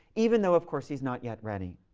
even though, of course, he's not yet ready.